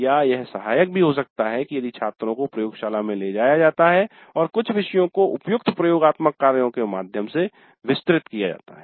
या यह सहायक भी हो सकता है की यदि छात्रों को प्रयोगशाला में ले जाया जाता है और कुछ विषयों को उपयुक्त प्रयोगात्मक कार्यो के माध्यम से विस्तृत किया जाता है